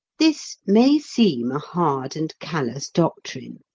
this may seem a hard and callous doctrine,